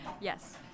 Yes